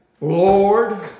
Lord